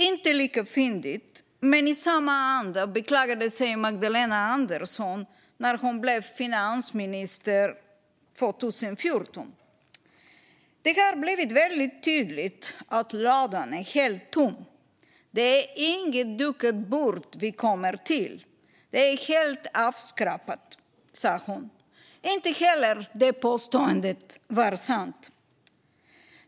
Inte lika fyndigt men i samma anda beklagade sig Magdalena Andersson när hon blev finansminister 2014. "Det har blivit väldigt tydligt att ladan är helt tom. Det är inget dukat bord vi kommer till - det är helt avskrapat", sa hon. Inte heller det påståendet var sant.